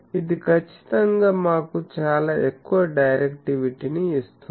ఇది ఖచ్చితంగా మాకు చాలా ఎక్కువ డైరెక్టివిటీని ఇస్తుంది